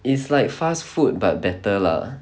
it's like fast food but better lah